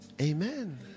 Amen